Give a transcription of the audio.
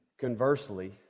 Conversely